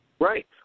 Right